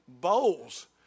bowls